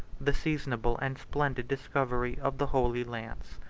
the seasonable and splendid discovery of the holy lance.